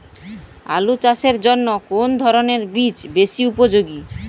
আলু চাষের জন্য কোন ধরণের বীজ বেশি উপযোগী?